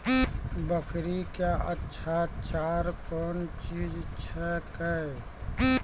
बकरी क्या अच्छा चार कौन चीज छै के?